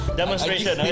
demonstration